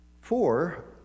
four